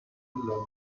landmarke